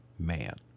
man